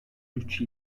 üçü